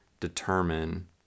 determine